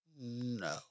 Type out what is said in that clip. No